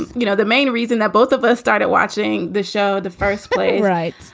and you know, the main reason that both of us started watching the show. the first play. right.